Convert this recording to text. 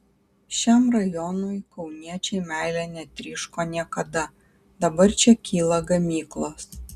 šiam rajonui kauniečiai meile netryško niekada dabar čia kyla gamyklos